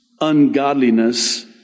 ungodliness